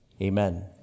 Amen